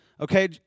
Okay